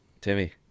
Timmy